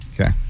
Okay